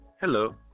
Hello